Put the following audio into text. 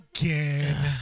again